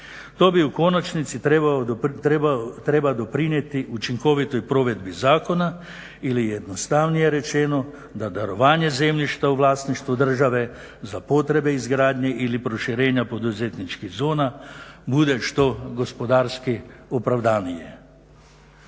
To u konačnici treba doprinijeti učinkovitoj provedbi zakona ili jednostavnije rečeno da darovanje zemljišta u vlasništvu države za potrebe izgradnje ili proširenja poduzetničkih zona bude što gospodarski opravdanije.